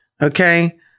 Okay